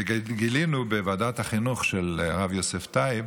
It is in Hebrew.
וגילינו בוועדת החינוך של הרב יוסף טייב